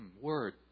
Word